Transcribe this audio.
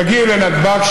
תגיעי לנתב"ג,